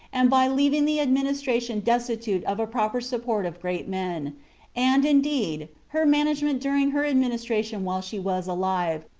and by leaving the administration destitute of a proper support of great men and, indeed, her management during her administration while she was alive,